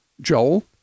Joel